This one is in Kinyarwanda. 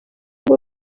bwo